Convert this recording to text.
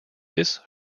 this